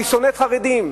היא שונאת חרדים.